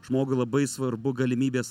žmogui labai svarbu galimybės